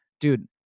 Dude